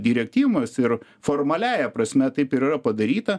direktyvomis ir formaliąja prasme taip ir yra padaryta